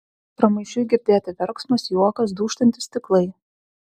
pramaišiui girdėti verksmas juokas dūžtantys stiklai